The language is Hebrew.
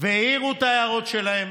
והעירו את ההערות שלהם,